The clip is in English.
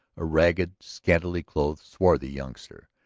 a ragged, scantily clothed, swarthy youngster,